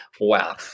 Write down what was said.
Wow